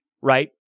right